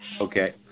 okay